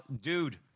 Dude